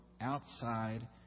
outside